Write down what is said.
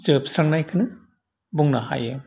जोबस्रांनायखौनो बुंनो हायो